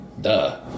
duh